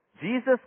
Jesus